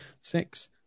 six